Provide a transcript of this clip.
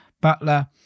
Butler